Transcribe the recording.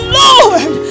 lord